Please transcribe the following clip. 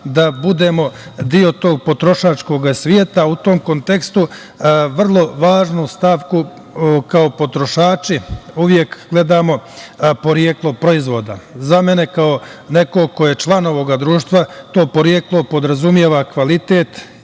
da budemo deo tog potrošačkog svega.U tom kontekstu, vrlo važnu stavku, kao potrošači uvek gledamo poreklo proizvoda. Za mene, kao nekog ko je član ovog društva, to poreklo podrazumeva kvalitet